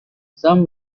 some